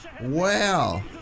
Wow